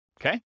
okay